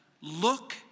look